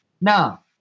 Now